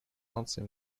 наций